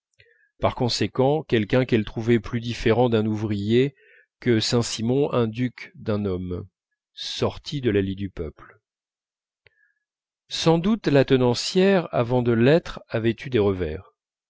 par conséquent quelqu'un qu'elle trouvait plus différent d'un ouvrier que saint-simon un duc d'un homme sorti de la lie du peuple sans doute la tenancière avant de l'être avait eu des revers